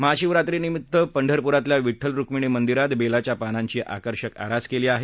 महाशिवरात्रीनिमित्त पंढरपुरातल्या विव्वल रुक्मिणी मंदिरात बेलाच्या पानांची आकर्षक आरास केली आहे